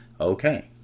Okay